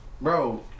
bro